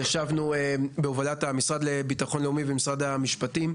בהובלת המשרד לביטחון לאומי ומשרד המשפטים,